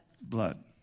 blood